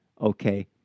okay